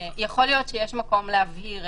יכול להיות שיש מקום להבהיר.